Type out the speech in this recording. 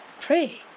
Pray